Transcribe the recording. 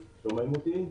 שומעים אותי?